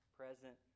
present